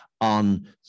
on